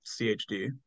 CHD